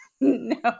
no